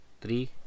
three